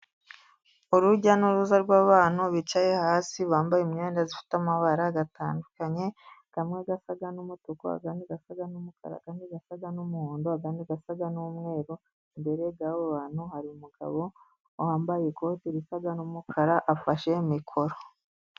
Urujya n'uruza rw'abantu bicaye hasi, bambaye imyenda ifite amabara atandukanye, amwe asa n'umutuku, andi asa n'umukara, andi asa n'umuhondo, andi asa n'umweru, imbere y'abo bantu hari umugabo wambaye ikote risa n'umukara, afashe mikoro.